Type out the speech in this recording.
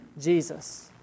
Jesus